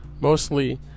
mostly